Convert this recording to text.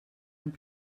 amb